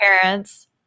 parents